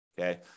okay